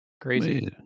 crazy